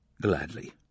Gladly